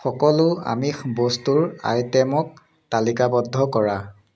সকলো আমিষ বস্তুৰ আইটেমক তালিকাবদ্ধ কৰা